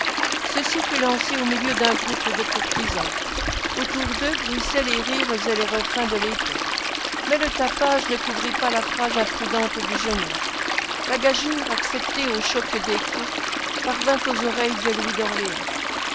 ceci fut lancé au milieu d'un groupe de courtisans autour d'eux bruissaient les rires et les refrains de l'époque mais le tapage ne couvrit pas la phrase imprudente du jeune homme la gageure acceptée au choc des coupes parvint aux oreilles de louis d'orléans